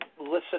listen